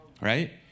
right